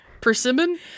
Persimmon